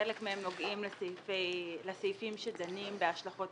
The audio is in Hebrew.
חלק מהם נוגעים לסעיפים שדנים בהשלכות